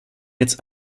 jetzt